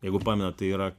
jeigu pamenattai yra